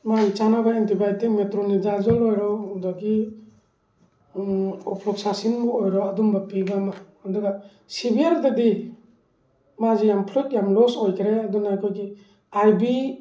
ꯃꯥꯒꯤ ꯆꯥꯅꯕ antibiotic metronidazole ꯑꯣꯏꯔꯣ ꯑꯗꯒꯤ ꯑꯣꯛꯐ꯭ꯣꯁꯥꯁꯤꯟꯕꯨ ꯑꯣꯏꯔꯣ ꯑꯗꯨꯝꯕ ꯄꯤꯕ ꯑꯃ ꯑꯗꯨꯒ ꯁꯤꯚꯤꯌꯥꯔ ꯗꯗꯤ ꯃꯥꯁꯦ ꯌꯥꯝꯅ ꯐ꯭ꯂꯨꯏꯗ ꯌꯥꯝꯅ ꯂꯣꯁ ꯑꯣꯏꯈ꯭ꯔꯦ ꯑꯗꯨꯅ ꯑꯩꯈꯣꯏꯒꯤ ꯑꯥꯏꯕꯤ